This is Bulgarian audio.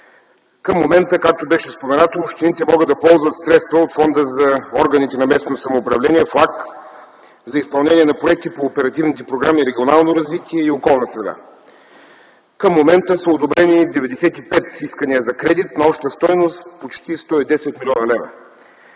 Към момента, както беше споменато, общините могат да ползват средства от фонда за органите на местно самоуправление - ФЛАГ, за изпълнение на проекти по оперативните програми „Регионално развитие” и „Околна среда”. Към момента са одобрени 95 искания за кредит на обща стойност почти 110 млн. лв.,